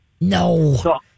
No